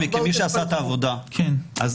תמי, כמי שעשה את העבודה, אני